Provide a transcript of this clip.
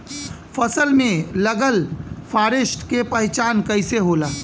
फसल में लगल फारेस्ट के पहचान कइसे होला?